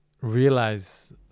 realize